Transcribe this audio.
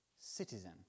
citizen